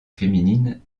féminine